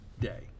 Day